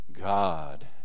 God